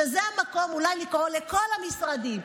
שזה המקום אולי לקרוא לכל המשרדים.